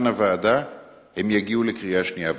הוועדה הם יגיעו לקריאה שנייה ושלישית.